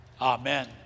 Amen